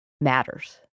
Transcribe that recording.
matters